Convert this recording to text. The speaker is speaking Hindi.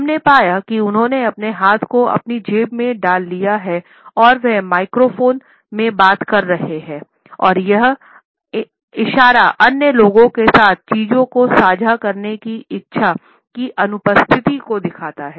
हम ने पाया कि उन्होंने अपने हाथों को अपनी जेब में डाल लिया है और वह माइक्रोफोन में बात कर रहा है और यह इशारा अन्य लोगों के साथ चीजों को साझा करने की इच्छा की अनुपस्थिति को दिखाता है